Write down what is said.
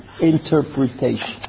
interpretation